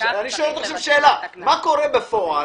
אני שואל אותך מה קורה בפועל.